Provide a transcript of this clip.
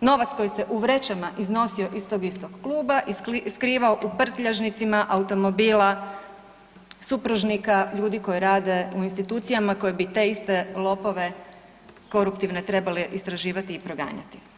novac koji se u vrećama iznosio iz tog istog kluba i skrivao u prtljažnicima automobila supružnika ljudi koji rade u institucijama koji bi te iste lopove koruptivne trebale istraživati i proganjati.